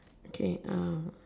okay